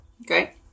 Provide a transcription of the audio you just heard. Okay